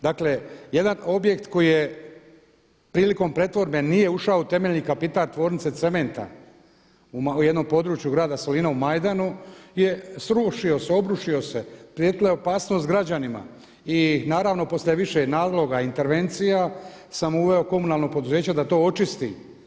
Dakle jedan objekt koji je prilikom pretvorbe nije ušao u temeljni kapital Tvornice cementa u jednom području Grada Solina u Majdanu je srušio, obrušio se, prijetila je opasnost građanima i naravno poslije više naloga i intervencija sam uveo komunalno poduzeće da to očisti.